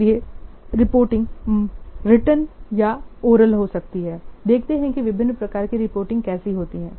इसलिए reporting oral या return हो सकती है देखते हैं कि विभिन्न प्रकार की रिपोर्टिंग कैसी होती हैं